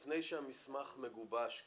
לפני שהמסמך מגובש,